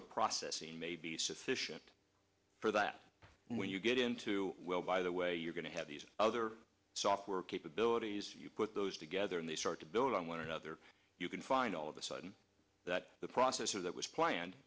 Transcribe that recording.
of processing may be sufficient for that when you get into will by the way you're going to have these other software capabilities you put those together and they start to build on one another you can find all of a sudden that the processor that was planned